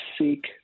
seek